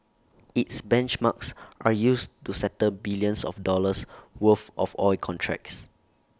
its benchmarks are used to settle billions of dollars worth of oil contracts